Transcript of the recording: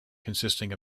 consisting